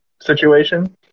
situation